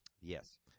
Yes